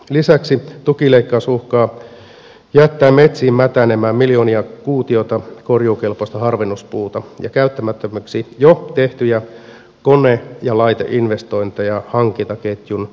lisäksi tukileikkaus uhkaa jättää metsiin mätänemään miljoonia kuutioita korjuukelpoista harvennuspuuta ja käyttämättömäksi jo tehtyjä kone ja laiteinvestointeja hankintaketjun kannattamattomuuden vuoksi